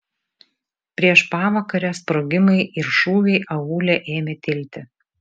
prieš pavakarę sprogimai ir šūviai aūle ėmė tilti